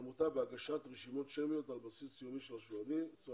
לעמותה בהגשת רשימות שמיות על בסיס יומי של סועדים.